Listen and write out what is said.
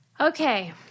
Okay